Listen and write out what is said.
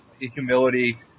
Humility